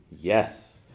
Yes